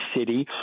city